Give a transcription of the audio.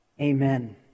amen